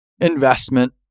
investment